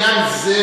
גם בעניין זה,